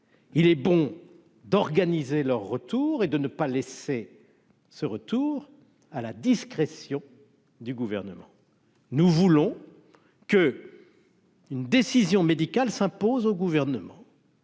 il est bon d'organiser leur retour et de ne pas laisser ce retour à la discrétion du gouvernement : nous voulons que une décision médicale s'impose au gouvernement.